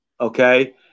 Okay